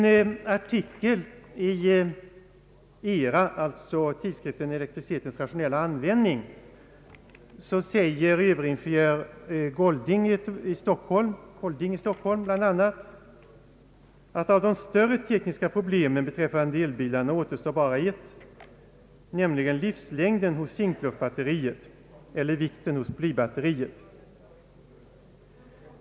I en artikel i ERA — en tidskrift som utges av Föreningen för elektricitetens rationella användning — skriver överingenjör Sture Colding i Stockholm bl.a. att av de större tekniska problemen med elbilar återstår ett, nämligen livslängden hos zink-luft-batteriet eller vikten hos blybatteriet.